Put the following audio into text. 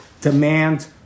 demand